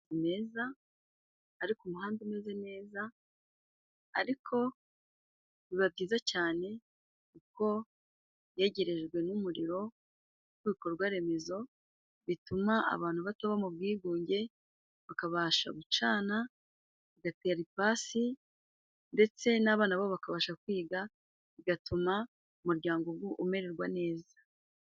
Imeza ariko umuhanda umeze neza ariko biba byiza cane kuko yegerejwe n'umuriro w'ibikorwa remezo bituma abantu bato bo mu bwigunge bakabasha gucana gatera ipasi ndetse n'abana bo bakabasha kwiga bigatuma umuryango ubu umererwa neza